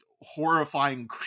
horrifying